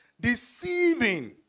deceiving